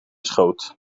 schoot